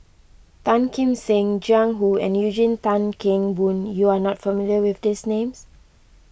Tan Kim Seng Jiang Hu and Eugene Tan Kheng Boon you are not familiar with these names